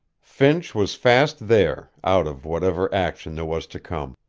finch was fast there, out of whatever action there was to come.